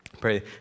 Pray